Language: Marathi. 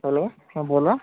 हॅलो हां बोला